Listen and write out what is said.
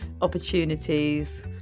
opportunities